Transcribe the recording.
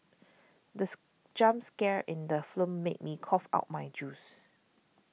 this jump scare in the film made me cough out my juice